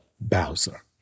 Bowser